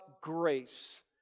grace